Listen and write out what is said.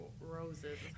roses